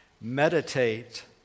Meditate